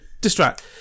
distract